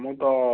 ମୁଁ ତ